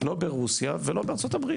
לא ברוסיה ולא בארה"ב.